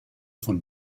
von